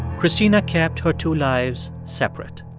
cristina kept her two lives separate.